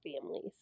families